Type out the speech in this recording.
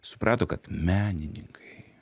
suprato kad menininkai